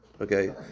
Okay